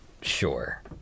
Sure